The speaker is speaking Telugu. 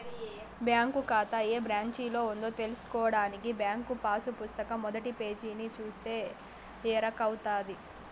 బ్యాంకు కాతా ఏ బ్రాంచిలో ఉందో తెల్సుకోడానికి బ్యాంకు పాసు పుస్తకం మొదటి పేజీని సూస్తే ఎరకవుతది